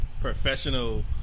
professional